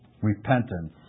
repentance